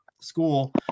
school